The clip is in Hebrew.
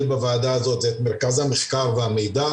בוועדה הזאת זה את מרכז המחקר והמידע,